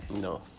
No